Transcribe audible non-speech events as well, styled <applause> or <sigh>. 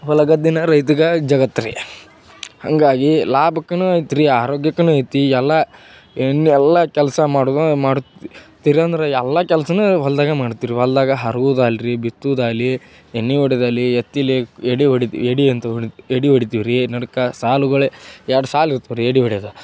ಹೊಲ ಗದ್ದೆನೇ ರೈತಗೆ ಜಗತ್ತು ರಿ ಹಾಗಾಗಿ ಲಾಭಕ್ಕನೇ ಐತ್ರಿ ಆರೋಗ್ಯಕ್ಕನೂ ಐತಿ ಎಲ್ಲ ಎಣ್ ಎಲ್ಲ ಕೆಲಸ ಮಾಡೋದು ಮಾಡ್ತಿ <unintelligible> ಎಲ್ಲ ಕೆಲಸನೂ ಹೊಲದಾಗ ಮಾಡ್ತಿರ ಹೊಲ್ದಾಗ ಹರುವುದು ಆಲ್ರಿ ಬಿತ್ತುದು ಆಗ್ಲಿ ಎಣ್ಣೆ ಹೊಡೆದ್ ಅಲೀ ಎತ್ತಿಲೆ ಎಡಿ ಒಡ್ ಎಡಿ ಅಂತ ಒಡಿ ಎಡಿ ಹೊಡಿತೀವ್ರೀ ನಡುಕ ಸಾಲುಗಳ ಎರಡು ಸಾಲು ಇರ್ತವ್ರೀ ಎಡಿ ಹೊಡಿಯೋದ್